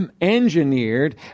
engineered